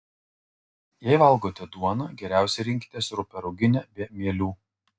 jei valgote duoną geriausia rinkitės rupią ruginę be mielių